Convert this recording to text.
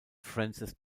francis